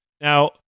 Now